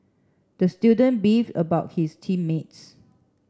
the student beefed about his team mates